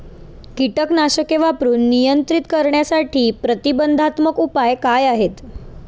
कीटकनाशके वापरून नियंत्रित करण्यासाठी प्रतिबंधात्मक उपाय काय आहेत?